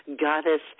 goddess